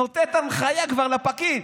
וכבר נותנת הנחיה לפקיד.